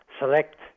select